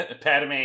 Padme